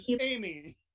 Amy